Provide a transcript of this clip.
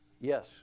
yes